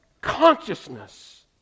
consciousness